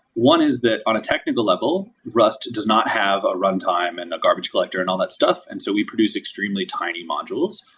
one is that on a technical level, rust does not have a runtime and a garbage collector and all that stuff. and so we produce extremely tiny modules.